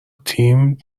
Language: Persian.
تیم